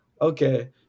okay